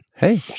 Hey